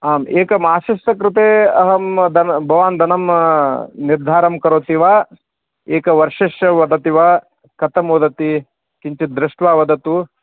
आम् एकमासस्य कृते अहं धनं भवान् धनं निर्धारं करोति वा एकवर्षस्य वदति वा कथं वदति किञ्चित् दृष्ट्वा वदतु